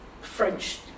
french